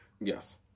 Yes